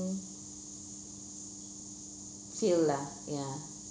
feel lah ya